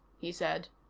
he said.